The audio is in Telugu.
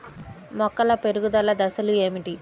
మొక్కల పెరుగుదల దశలు ఏమిటి?